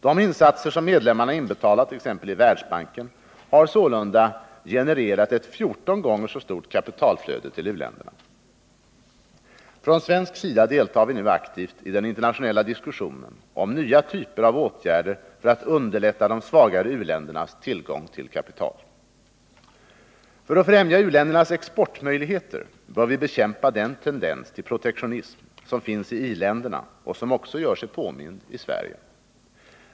De insatser som medlemmarna inbetalat i Världsbanken har sålunda genererat ett 14 gånger så stort kapitalflöde till u-länderna. Från svensk sida deltar vi nu aktivt i den internationella diskussionen om nya typer av åtgärder för att underlätta de svagare u-ländernas tillgång till kapital. För att främja u-ländernas exportmöjligheter bör vi bekämpa den tendens till protektionism som finns i i-länderna och som också gör sig påmind i Sverige.